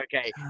okay